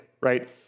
right